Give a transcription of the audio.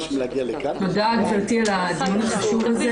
תודה גבירתי על הדיון החשוב הזה